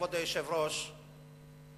כבוד היושב-ראש,